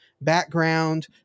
background